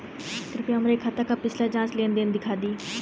कृपया हमरे खाता क पिछला पांच लेन देन दिखा दी